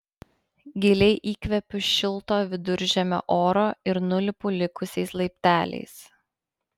giliai įkvepiu šilto viduržemio oro ir nulipu likusiais laipteliais